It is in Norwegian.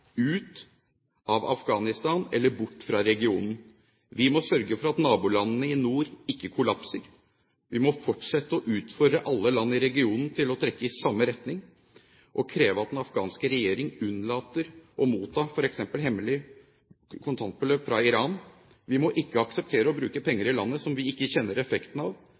ut av Afghanistan eller bort fra regionen. Vi må sørge for at nabolandene i nord ikke kollapser. Vi må fortsette å utfordre alle land i regionen til å trekke i samme retning og kreve at den afghanske regjering unnlater å motta f.eks. hemmelige kontantbeløp fra Iran. Vi må ikke akseptere å bruke penger i landet som vi ikke kjenner effekten av,